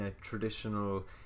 traditional